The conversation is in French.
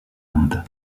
inde